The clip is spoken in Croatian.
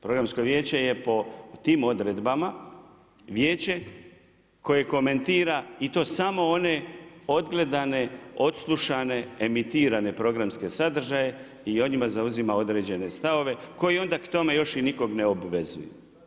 Programsko vijeće je po tim odredbama, vijeće koje komentira i to samo one odgledane, odslušane, emanirane programske sadržaje i o njima zauzima određene stavove koje onda k tome još i nikog ne obvezuje.